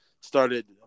started